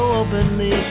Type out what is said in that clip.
openly